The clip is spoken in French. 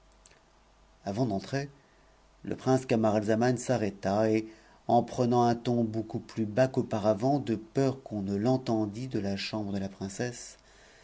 avant d'entrer le prince camara mazan s'arrêta et en prenant un ton beaucoup plus bas qu'auparavant de peur qu'on ne t'entendît de la chambre de la princesse